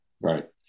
Right